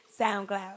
soundcloud